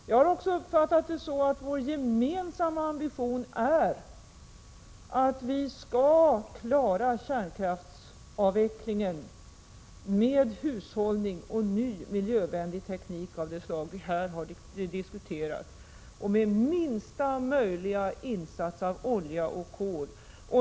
Jag har också uppfattat det så att vår gemensamma ambition är att vi skall klara kärnkraftsavvecklingen med hushållning och ny, miljövänlig teknik av det slag vi här har diskuterat och med minsta möjliga insats av olja och kol.